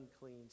unclean